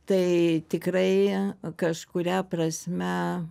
tai tikrai kažkuria prasme